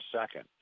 second